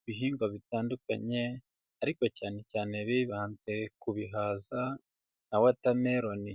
ibihingwa bitandukanye, ariko cyane cyane bibanze ku bihaza na watameloni.